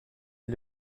est